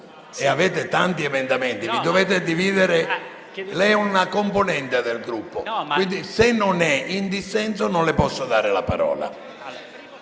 avete tanti emendamenti, vi dovete dividere. Lei è una componente del Gruppo. Quindi, se non è in dissenso, non le posso dare la parola.